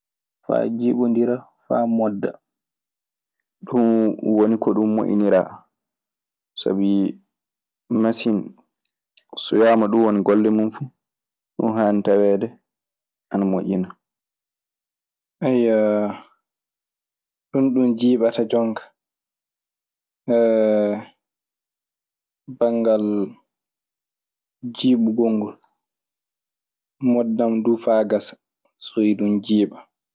Faa tawee aɗa waawi moƴƴinde gatooŋaai ɗum nii nafata. Ɗun woni ko ɗun moƴƴiniraa. Sabi masiŋ so wiyaama ɗun woni golle mun fuu, ɗun haani taweede ana moƴƴina. Ɗun du jiiɓata jonka, banngal jiiɓugol ngol. Moddan du faa gasa so iɗun jiiɓa.